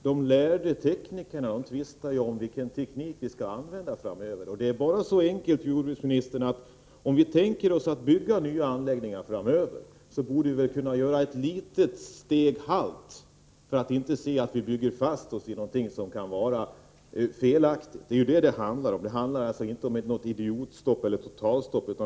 Herr talman! De lärda teknikerna tvistar om vilken teknik vi skall använda framöver. Det är bara så enkelt, jordbruksministern, att om vi tänker oss att bygga nya anläggningar framöver borde vi väl kunna göra halt ett tag för att se till att vi inte bygger fast oss i någonting som kan vara felaktigt. Det är ju detta det handlar om och inte något idiotstopp eller totalstopp.